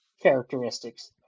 characteristics